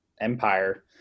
Empire